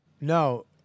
No